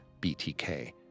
BTK